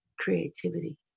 creativity